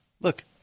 look